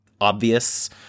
obvious